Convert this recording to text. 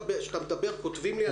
כשאתה מדבר כותבים לי אנשים זועמים.